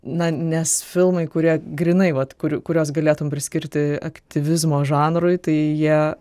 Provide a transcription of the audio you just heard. na nes filmai kurie grynai vat kur kuriuos galėtum priskirti aktyvizmo žanrui tai jie